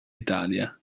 italia